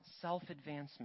self-advancement